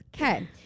Okay